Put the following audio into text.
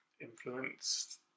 influenced